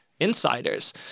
insiders